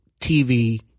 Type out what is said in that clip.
TV